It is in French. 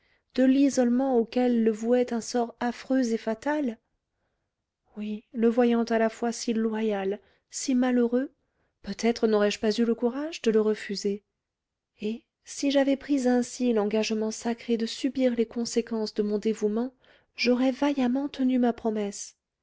de l'isolement auquel le vouait un sort affreux et fatal oui le voyant à la fois si loyal si malheureux peut-être n'aurais-je pas eu le courage de le refuser et si j'avais pris ainsi l'engagement sacré de subir les conséquences de mon dévouement j'aurais vaillamment tenu ma promesse